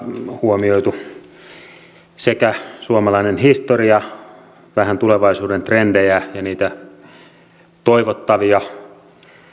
huomioitu sekä suomalainen historia vähän tulevaisuuden trendejä että niitä toivottavia